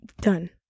done